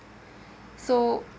so